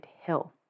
Hill